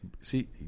See